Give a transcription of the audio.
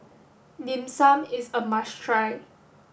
dim sum is a must try